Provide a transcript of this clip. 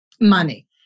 Money